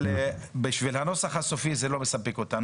תשאל אבל את הדרוזים אם הם מסכימים שהם ערבים.